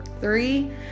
three